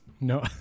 No